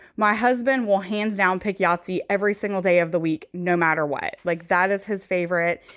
my husband will hands down, pick yahtzee every single day of the week no matter what. like that is his favorite.